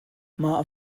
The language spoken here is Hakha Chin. mah